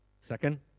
Second